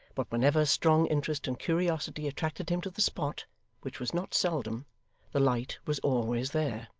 but whenever strong interest and curiosity attracted him to the spot which was not seldom the light was always there.